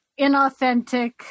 inauthentic